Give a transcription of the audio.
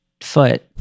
foot